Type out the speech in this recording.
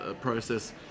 process